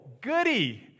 goody